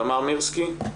תמר מירסקי.